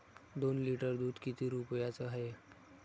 दोन लिटर दुध किती रुप्याचं हाये?